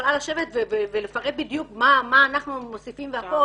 יכולה לשבת ולפרט בדיוק מה אנחנו מוסיפים והכל